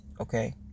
okay